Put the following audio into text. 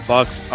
Bucks